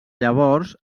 llavors